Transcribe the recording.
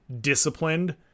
disciplined